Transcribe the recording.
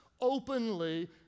openly